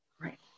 right